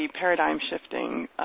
paradigm-shifting